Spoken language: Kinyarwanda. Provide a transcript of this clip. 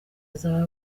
azaba